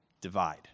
divide